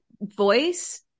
voice